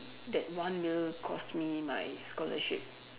that one meal cost me my scholarship